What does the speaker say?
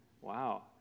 Wow